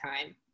time